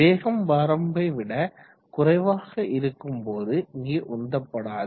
வேகம் வரம்பை விட குறைவாக இருக்கும் போது நீர் உந்தப்படாது